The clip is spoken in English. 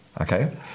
okay